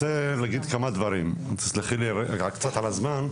רוצה להגיד כמה דברים, תסלחי לי קצת על הזמן.